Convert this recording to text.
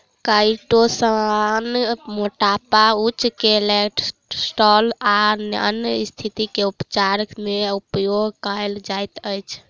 chitosan मोटापा उच्च cholesterol आ अन्य स्तिथि के उपचार मे उपयोग कायल जाइत अछि